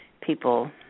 people